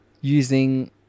using